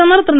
பிரதமர் திரு